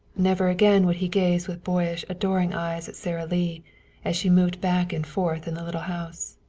never again would he gaze with boyish adoring eyes at sara lee as she moved back and forth in the little house.